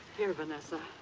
here, vanessa.